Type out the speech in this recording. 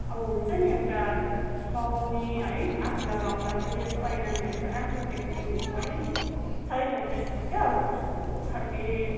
अब हुन्छ नि एउटा सुहाउने है आफूलाई लगाउँदा पनि यसो ऐनामा हेर्दा राम्रो देख्ने हुनु पऱ्यो नि अब छैन त्यस्तो के हौ अब कस्तो खालके